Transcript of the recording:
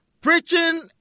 preaching